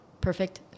perfect